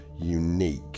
unique